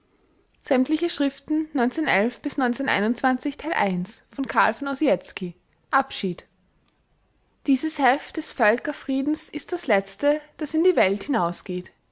abschied dieses heft des völkerfriedens ist das letzte das in die welt hinausgeht